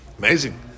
Amazing